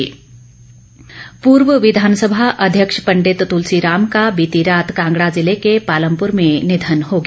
तुलसी राम पूर्व विधानसभा अध्यक्ष पंडित तुलसी राम का बीती रात कांगड़ा जिले के पालमपुर में निधन हो गया